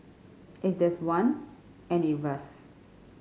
if there's one and it rusts